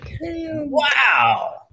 Wow